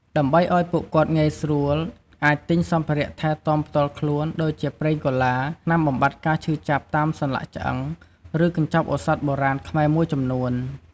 ដើម្បីអោយពួកគាត់ងាយស្រួល អាចទិញសម្ភារៈថែទាំផ្ទាល់ខ្លួន ដូចជាប្រេងកូឡា ថ្នាំបំបាត់ការឈឺចាប់តាមសន្លាក់ឆ្អឹង ឬកញ្ចប់ឱសថបុរាណខ្មែរមួយចំនួន។